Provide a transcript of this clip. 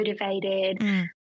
motivated